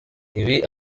ibi